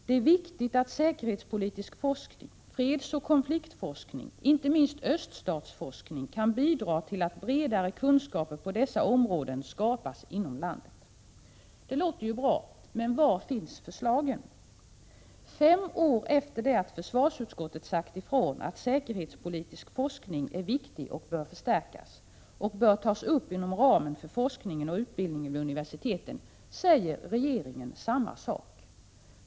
Det är viktigt att säkerhetspolitisk forskning, fredsoch konfliktforskning, inte minst öststatsforskning, kan bidra till att bredare kunskaper på dessa områden skapas inom landet.” Det låter ju bra, men var finns förslagen? Fem år efter det att försvarsutskottet sagt ifrån att säkerhetspolitisk forskning är viktig och bör förstärkas samt tas upp inom ramen för forskningen och utbildningen vid universiteten säger regeringen samma sak.